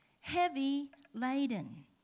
heavy-laden